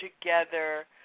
together